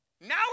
Now